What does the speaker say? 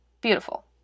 beautiful